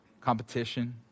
competition